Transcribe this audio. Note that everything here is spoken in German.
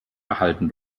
erhalten